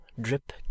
drip